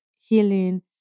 healing